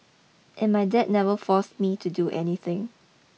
and my dad never forced me to do anything